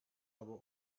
aber